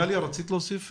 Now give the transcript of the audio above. גליה, רצית להוסיף?